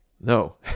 No